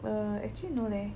well actually no leh